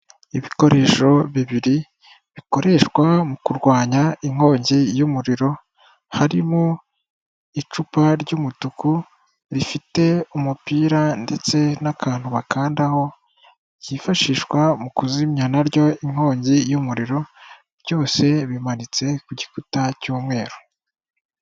Ibikoresho bibiri bikoreshwa mu kurwanya inkongi y'umuriro, harimo icupa ry'umutuku rifite umupira ndetse n'akantu bakandaho ryifashishwa naryo mu kuzimya inkongi y'umuriro, byose bimanitse ku gikuta cy'umweru.